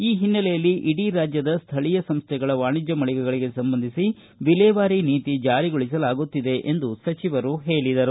ಈ ಹಿನ್ನೆಲೆಯಲ್ಲಿ ಇಡೀ ರಾಜ್ಯದ ಸ್ಥಳೀಯ ಸಂಸ್ಥೆಗಳ ವಾಣಿಜ್ಯ ಮಳಿಗೆಗಳಿಗೆ ಸಂಬಂಧಿಸಿ ವಿಲೇವಾರಿ ನೀತಿ ಜಾರಿಗೊಳಿಸಲಾಗುತ್ತಿದೆ ಎಂದು ಹೇಳಿದರು